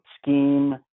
Scheme